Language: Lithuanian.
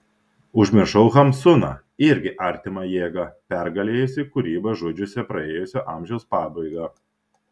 užmiršau hamsuną irgi artimą jėgą pergalėjusį kūrybą žudžiusią praėjusio amžiaus pabaigą